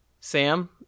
Sam